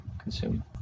consume